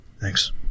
Thanks